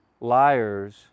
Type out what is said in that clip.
Liars